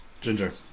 Ginger